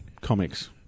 comics